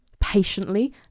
patiently